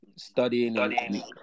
studying